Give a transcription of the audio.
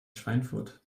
schweinfurt